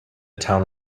town